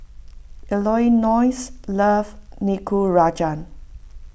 Elonzo loves Nikujaga